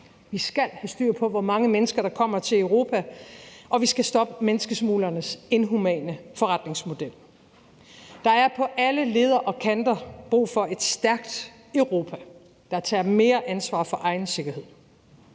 Vi skal have styr på, hvor mange mennesker der kommer til Europa, og vi skal stoppe menneskesmuglernes inhumane forretningsmodel. Der er på alle leder og kanter brug for et stærkt Europa, der tager mere ansvar for egen sikkerhed.